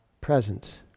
presence